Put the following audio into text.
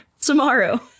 tomorrow